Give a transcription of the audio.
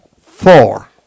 four